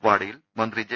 വാടി യിൽ മന്ത്രി ജെ